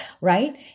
right